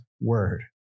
word